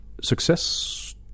success